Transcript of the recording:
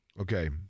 Okay